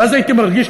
ואז הייתי מרגיש,